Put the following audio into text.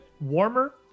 warmer